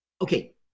okay